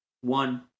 One